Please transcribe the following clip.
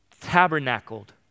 tabernacled